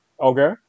Okay